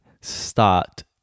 start